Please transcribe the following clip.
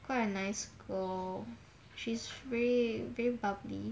quite a nice girl she's very very bubbly